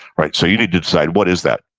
right, so you need to decide, what is that?